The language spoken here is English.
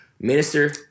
Minister